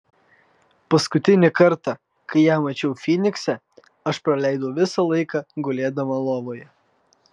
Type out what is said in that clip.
paskutinį kartą kai ją mačiau fynikse aš praleidau visą laiką gulėdama lovoje